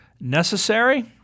necessary